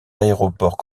aéroports